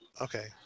Okay